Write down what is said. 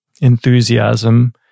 enthusiasm